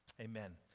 Amen